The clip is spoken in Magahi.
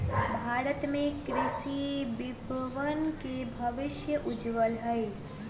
भारत में कृषि विपणन के भविष्य उज्ज्वल हई